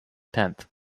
tenth